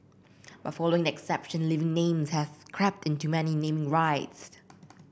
but following exception living names have crept into many naming rights